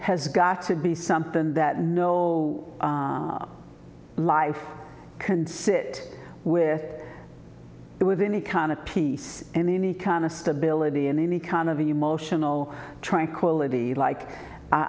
has got to be something that no life can sit with it with any kind of peace and any kind of stability in any kind of emotional tranquility like